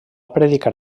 predicar